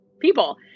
people